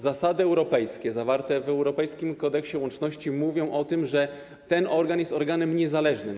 Zasady europejskie zawarte w europejskim kodeksie łączności jasno mówią o tym, że ten organ jest organem niezależnym.